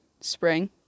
spring